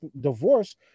divorce